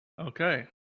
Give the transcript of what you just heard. Okay